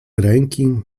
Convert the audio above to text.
ręki